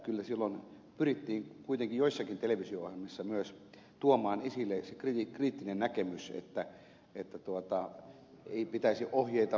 kyllä silloin pyrittiin kuitenkin joissakin televisio ohjelmissa myös tuomaan esille kriittinen näkemys että ei pitäisi ohjeita antaa